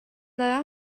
that